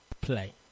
play